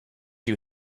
you